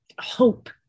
hope